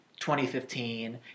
2015